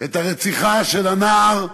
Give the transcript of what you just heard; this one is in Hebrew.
את הרציחה של הנער הערבי.